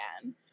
again